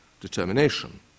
determination